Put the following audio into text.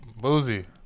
Boozy